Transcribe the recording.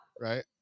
right